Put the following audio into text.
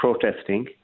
protesting